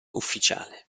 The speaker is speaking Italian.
ufficiale